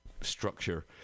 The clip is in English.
structure